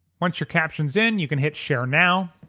once your caption is in you can hit share now.